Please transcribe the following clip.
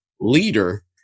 leader